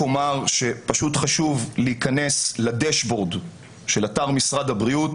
אומר שחשוב להיכנס לדשבורד של אתר משרד הבריאות